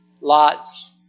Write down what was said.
Lot's